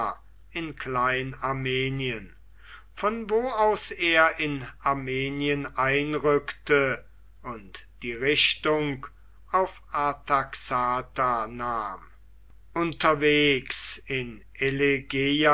in klein armenien von wo aus er in armenien einrückte und die richtung auf artaxata nahm unterwegs in